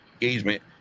engagement